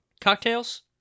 Cocktails